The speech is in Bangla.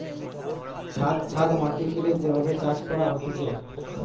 ছাদ ছাদ মাটি কেটে যে ভাবে চাষ করা হতিছে